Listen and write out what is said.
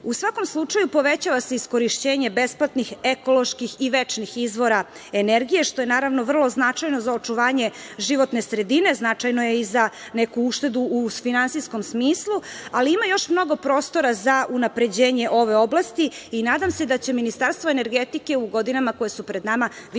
svakom slučaju, povećava se iskorišćenje besplatnih ekoloških i večnih izvora energije, što je vrlo značajno za očuvanje životne sredine, značajno je i za neku uštedu u finansijskom smislu, ali ima još mnogo prostora za unapređenje ove oblasti. Nadam se da će Ministarstvo energetike u godinama koje su pred nama, više raditi